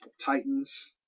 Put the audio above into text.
Titans